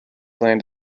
land